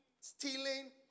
stealing